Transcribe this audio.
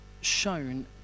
shown